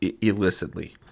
illicitly